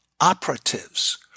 operatives